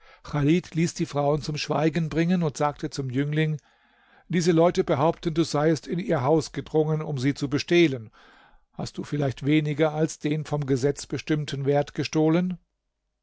ließ die frauen zum schweigen bringen und sagte zum jüngling diese leute behaupten du seiest in ihr haus gedrungen um sie zu bestehlen hast du vielleicht weniger als den vom gesetz bestimmten wert gestohlen